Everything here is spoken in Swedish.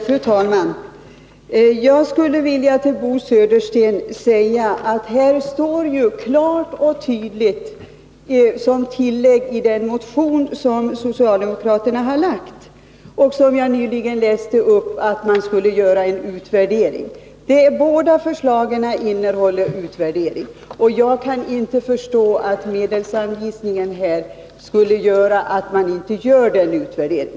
Fru talman! Jag skulle vilja säga till Bo Södersten att det ju står klart och tydligt som tillägg i den motion som socialdemokraterna har väckt och som jag nyligen relaterat, att man skulle göra en utvärdering. Båda förslagen innebär utvärdering. Jag kan inte förstå att medelsanvisningen nu skulle medföra att man inte gör denna utvärdering.